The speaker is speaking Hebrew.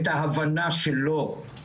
את ההבנה שלו,